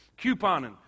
Couponing